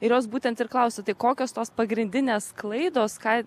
ir jos būtent ir klausiu tai kokios tos pagrindinės klaidos ką